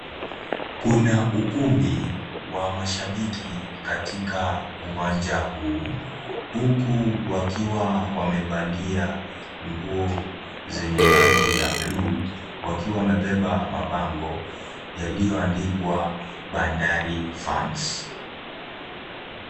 Kuna ukumbi wa mashabiki katika uwanja huu huku wakiwa wamevalia nguo zenye rangi ya bluu wakiwa wamebeba mabango yaliyoandikwa Bandari fans .